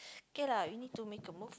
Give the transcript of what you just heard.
okay lah we need to make a move